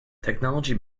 technology